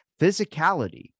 physicality